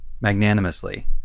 magnanimously